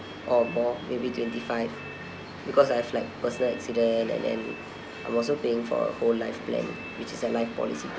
or more maybe twenty five because I have like personal accident and then I'm also paying for a whole life plan which is a life policy